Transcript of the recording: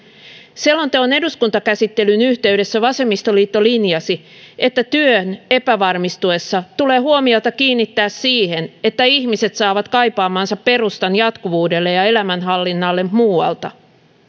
selonteon eduskuntakäsittelyn yhteydessä vasemmistoliitto linjasi että työn epävarmistuessa tulee huomiota kiinnittää siihen että ihmiset saavat kaipaamansa perustan jatkuvuudelle ja elämänhallinnalle muualta